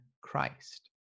Christ